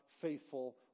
faithful